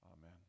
Amen